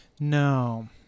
No